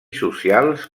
socials